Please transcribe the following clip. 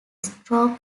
strong